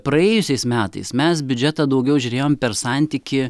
praėjusiais metais mes biudžetą daugiau žiūrėjom per santykį